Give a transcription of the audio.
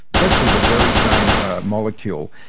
virtually the very same molecule,